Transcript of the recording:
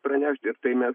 pranešti ir tai mes